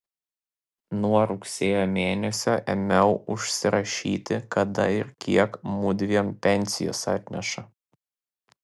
nuo rugsėjo mėnesio ėmiau užsirašyti kada ir kiek mudviem pensijos atneša